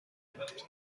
بود